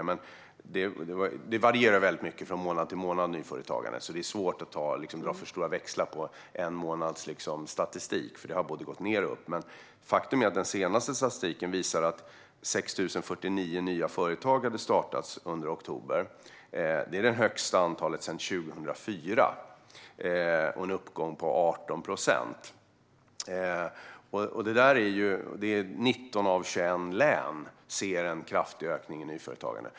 Nyföretagandet varierar väldigt mycket från månad till månad, så man ska inte dra för stora växlar på en månads statistik. Det har gått både ned och upp. Men faktum är att den senaste statistiken visar att 6 049 nya företag hade startats under oktober. Det är det högsta antalet sedan 2004 och en uppgång på 18 procent. 19 av 21 län ser en kraftig ökning i nyföretagandet.